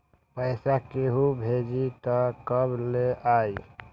पैसा केहु भेजी त कब ले आई?